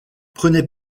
prenez